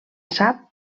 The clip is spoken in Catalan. sap